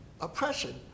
oppression